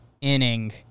inning